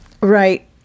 Right